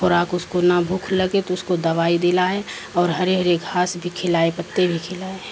خوراک اس کو نہ بھوک لگے تو اس کو دوائی دلائائے اور ہرے ہرے گھاس بھی کھلائے پتے بھی کھلائے